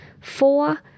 Four